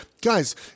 guys